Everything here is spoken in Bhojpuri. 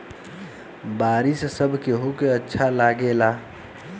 बारिश सब केहू के अच्छा लागेला